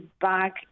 back